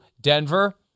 Denver